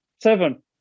Seven